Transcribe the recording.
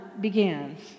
begins